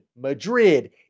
Madrid